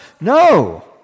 No